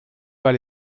pas